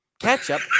ketchup